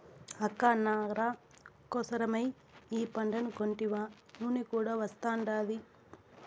అక్క నార కోసరమై ఈ పంటను కొంటినా నూనె కూడా వస్తాండాది